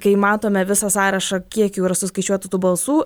kai matome visą sąrašą kiekių ir suskaičiuotų tų balsų